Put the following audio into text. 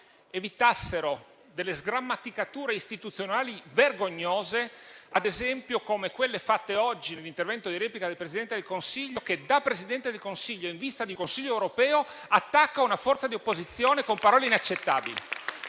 evitassero delle sgrammaticature istituzionali vergognose, come ad esempio quelle fatte oggi nell'intervento di replica dal Presidente del Consiglio che, da Presidente del Consiglio, in vista di un Consiglio europeo, attacca una forza di opposizione con parole inaccettabili.